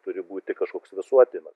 turi būti kažkoks visuotinas